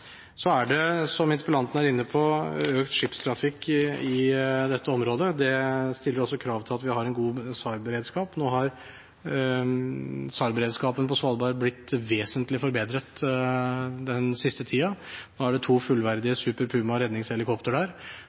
er, som interpellanten er inne på, økt skipstrafikk i dette området. Det stiller også krav til at vi har en god SAR-beredskap. Nå har SAR-beredskapen på Svalbard blitt vesentlig forbedret den siste tiden. Det er to fullverdige Super Puma-redningshelikoptre der,